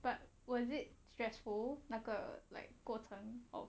but was it stressful 那个 like 过程 or